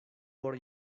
por